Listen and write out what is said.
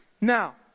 Now